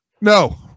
No